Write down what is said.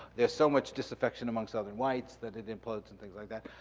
there's so much disaffection amongst southern whites that it implodes and things like that.